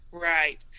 Right